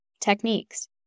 techniques